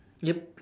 yup